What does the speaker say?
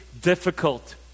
difficult